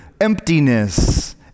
emptiness